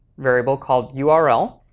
variable called yeah url.